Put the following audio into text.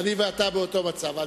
אני ואתה באותו מצב.